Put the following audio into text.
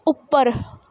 ਉੱਪਰ